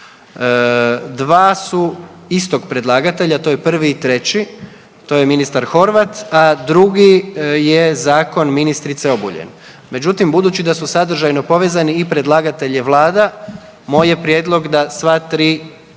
2 su istog predlagatelja to je 1 i 3, to je ministar Horvat, a drugi je zakon ministrice Obuljen, međutim budući da su sadržajno povezani i predlagatelj je Vlada, moj je prijedlog da sva tri